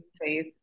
faith